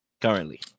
currently